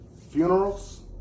Funerals